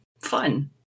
fun